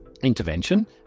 intervention